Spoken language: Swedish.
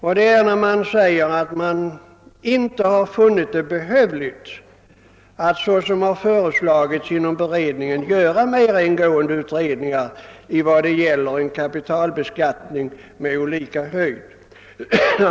Det framhålles nämligen att man inte har funnit det behövligt att såsom fö reslagits inom beredningen göra mera ingående samhällsekonomiska analyser av verkningarna av kapitalbeskattning med olika höjd.